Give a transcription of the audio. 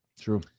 True